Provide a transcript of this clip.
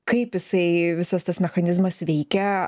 kaip jisai visas tas mechanizmas veikia